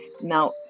now